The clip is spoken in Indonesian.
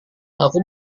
aku